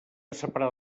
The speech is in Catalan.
separada